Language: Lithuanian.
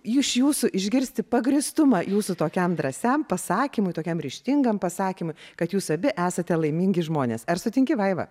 iš jūsų išgirsti pagrįstumą jūsų tokiam drąsiam pasakymui tokiam ryžtingam pasakymui kad jūs abi esate laimingi žmonės ar sutinki vaiva